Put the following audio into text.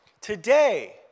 Today